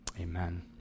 amen